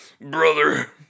brother